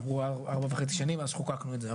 עברו כבר ארבע וחצי שנים מאז שחוקקנו את זה.